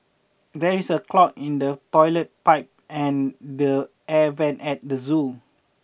there is a clog in the toilet pipe and the air vents at the zoo